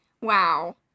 Wow